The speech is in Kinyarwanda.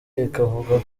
ikavuga